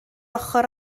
ochr